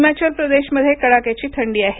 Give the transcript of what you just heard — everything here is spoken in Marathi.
हिमाचल प्रदेशमध्ये कडाक्याची थंडी आहे